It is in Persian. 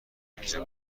اینجا